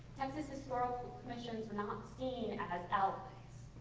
texas historical commissions are not seen as allies.